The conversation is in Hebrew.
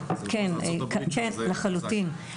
כן, לחלוטין.